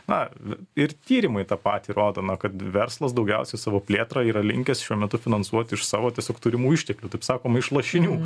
na ir tyrimai tą patį rodoma na kad verslas daugiausia savo plėtrą yra linkęs šiuo metu finansuoti iš savo tiesiog turimų išteklių kaip sakoma iš lašinių